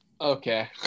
Okay